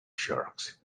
sharks